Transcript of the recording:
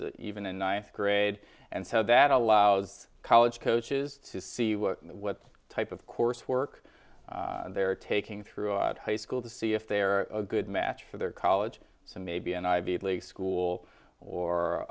even in ninth grade and so that allows college coaches to see what type of course work they're taking throughout high school to see if they are a good match for their college so maybe an ivy league school or